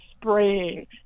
spraying